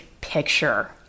picture